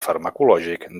farmacològic